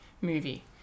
movie